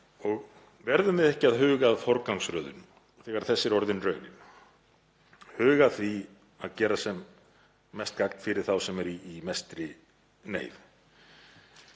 Verðum við ekki að huga að forgangsröðun þegar þessi er orðin raunin, huga að því að gera sem mest gagn fyrir þá sem eru í mestri neyð?